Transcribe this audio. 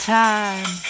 time